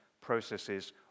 processes